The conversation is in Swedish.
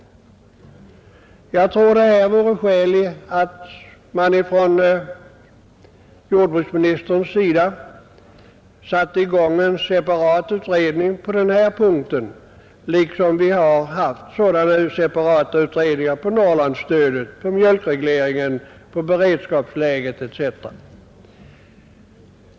Det vore nog skäl i att jordbruksministern satte i gång en separat utredning på den här punkten, liksom vi har haft sådana separata utredningar om Norrlandsstödet, om mjölkregleringen, om beredskapsläget etc.